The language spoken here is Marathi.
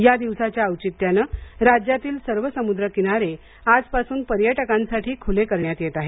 या दिवसाच्या औचित्याने राज्यातील सर्व समुद्र किनारे आजपासून पर्यटकांसाठी खुले करण्यात येत आहेत